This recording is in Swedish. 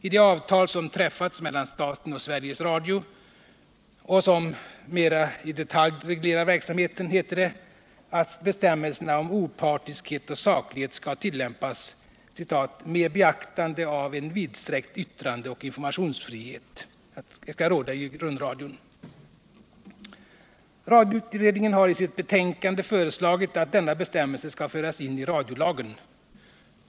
I det avtal som träffats mellan staten och Sveriges Radio och som mera i detalj reglerar verksamheten heter det i 8 § att bestämmelserna om opartiskhet och saklighet skall tillämpas ”med beaktande av att en vidsträckt yttrandeoch informationsfrihet skall råda i rundradion”. Radioutredningen har i sitt betänkande föreslagit att denna bestämmelse skall föras in i radiolagen.